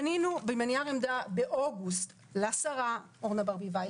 פנינו בנייר עמדה באוגוסט לשרה אורנה ברביבאי,